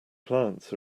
clients